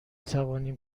توانیم